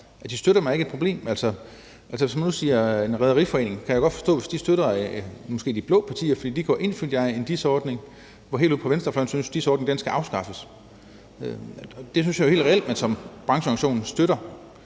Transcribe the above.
der støtter hvem. Altså, hvis man nu tager Rederiforeningen, kan jeg godt forstå, at den måske støtter de blå partier, fordi de går ind for, at der er en DIS-ordning, hvor man helt ud på venstrefløjen synes, at DIS-ordningen skal afskaffes. Det synes jeg jo er helt reelt at man som brancheorganisation støtter,